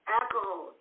alcohol